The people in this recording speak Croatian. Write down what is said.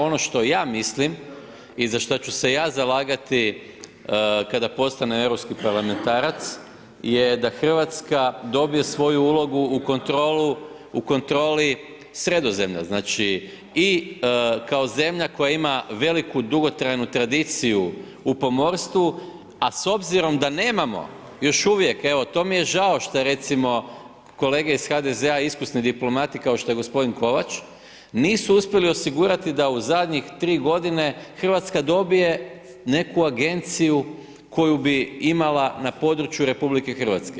Ono što ja mislim i za šta ću se ja zalagati kada postane europski parlamentarac je da RH dobije svoju ulogu u kontroli Sredozemlja, znači, i kao zemlja koja ima veliku dugotrajnu tradiciju u pomorstvu, a s obzirom da nemamo još uvijek evo, to mi je žao što recimo, kolege iz HDZ-a iskusni diplomati kao što je g. Kovač, nisu uspjeli osigurati da u zadnjih 3 godine RH dobije neku agenciju koju bi imala na području RH.